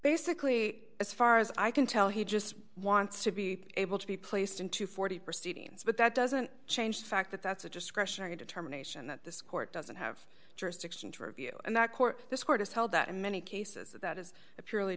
basically as far as i can tell he just wants to be able to be placed into forty proceedings but that doesn't change the fact that that's a discretionary determination that this court doesn't have jurisdiction to review and that court this court has held that in many cases that is a purely